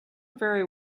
very